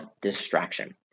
distraction